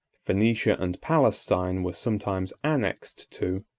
phoenicia and palestine were sometimes annexed to,